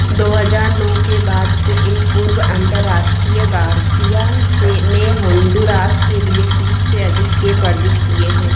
दो हजार नौ के बाद से एक पूर्व अंतरराष्टीय गार्सिया से ने होंडुरास के लिए तीस से अधिक केप अर्जित किए हैं